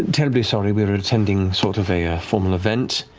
terribly sorry, we're and attending sort of a ah formal event,